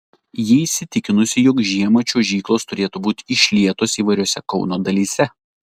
ji įsitikinusi jog žiemą čiuožyklos turėtų būti išlietos įvairiose kauno dalyse